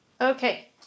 Okay